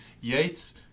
Yates